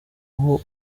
aho